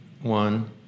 one